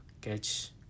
catch